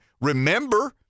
remember